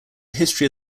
history